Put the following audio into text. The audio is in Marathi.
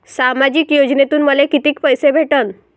सामाजिक योजनेतून मले कितीक पैसे भेटन?